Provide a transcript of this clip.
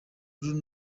lulu